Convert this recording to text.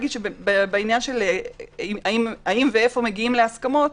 בשאלה האם ואיפה מגיעים להסכמות,